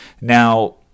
Now